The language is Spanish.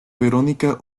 verónica